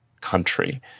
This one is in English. country